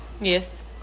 yes